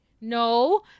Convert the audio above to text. No